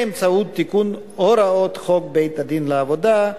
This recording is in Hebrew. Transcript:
באמצעות תיקון הוראות חוק בית-הדין לעבודה,